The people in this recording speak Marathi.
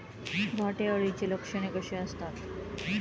घाटे अळीची लक्षणे कशी असतात?